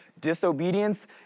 disobedience